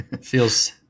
Feels